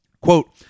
Quote